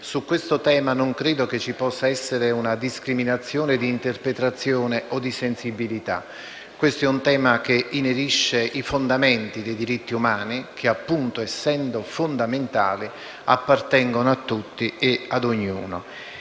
Su questo tema, infatti, non può esserci una discriminazione di interpretazione o di sensibilità. Questo è un tema che inerisce i fondamenti dei diritti umani, che, appunto essendo fondamentali, appartengono a tutti e ad ognuno.